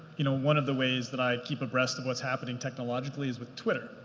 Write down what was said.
you know one of the ways that i keep abreast of what's happening technologically is with twitter,